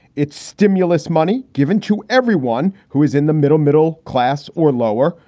it's stimulus money given to everyone who is in the middle, middle class or lower.